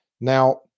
Now